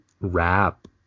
rap